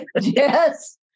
Yes